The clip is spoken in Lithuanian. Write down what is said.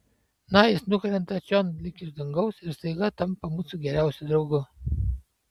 na jis nukrenta čion lyg iš dangaus ir staiga tampa mūsų geriausiu draugu